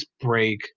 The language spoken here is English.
break